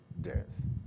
death